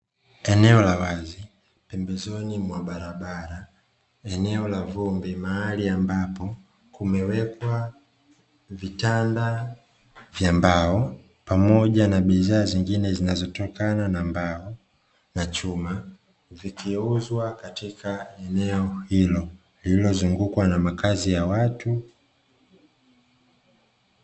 Eneo la wazi, pembezoni mwa barabara eneo la vumbi, mahali ambapo limeekwa vitanda vya mbao pamoja na bidhaa zingine zinazotokana na mbao na chuma, vikiuzwa katika eneo hilo lililozungukwa na makazi ya watu.